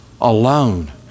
alone